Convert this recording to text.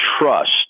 trust